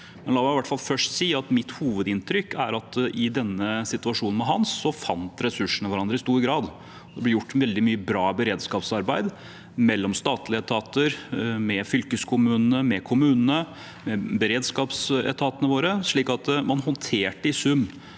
fall først si at mitt hovedinntrykk er at i situasjonen med «Hans» fant ressursene hverandre i stor grad. Det ble gjort veldig mye bra beredskapsarbeid mellom statlige etater, med fylkeskommunene, med kommunene, med beredskapsetatene våre, slik at man i sum